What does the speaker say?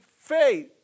faith